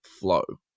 flow